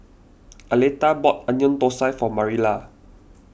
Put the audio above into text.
Aletha bought Onion Thosai for Marilla